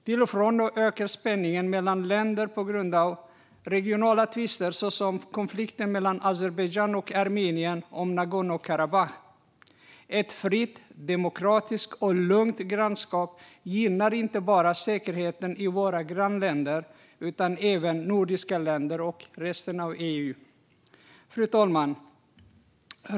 Till och från ökar spänningen mellan länder på grund av regionala tvister såsom konflikten mellan Azerbajdzjan och Armenien om Nagorno-Karabach. Ett fritt, demokratiskt och lugnt grannskap gynnar inte bara säkerheten i våra grannländer utan även de nordiska länderna och resten av EU. Fru talman!